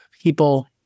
people